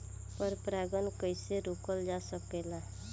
पर परागन कइसे रोकल जा सकेला?